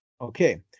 Okay